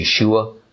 Yeshua